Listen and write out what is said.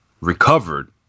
recovered